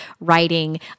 writing